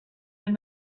and